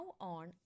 on